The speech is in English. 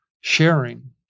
sharing